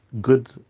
good